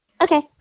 Okay